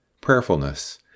prayerfulness